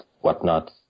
whatnot